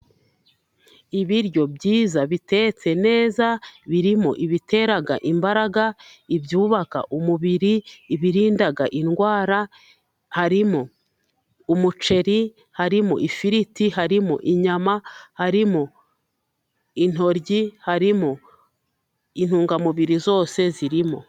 Ibiryo byiza, bitetse neza, birimo ibitera imbaraga, ibyubaka umubiri, ibinda indwara, harimo umuceri, harimo ifiriti, harimo inyama, harimo intoryi, harimo intungamubiri zose zirimo.